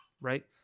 right